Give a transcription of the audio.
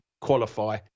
qualify